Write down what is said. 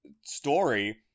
story